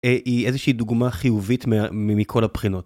איזשהי דוגמה חיובית מכל הבחינות.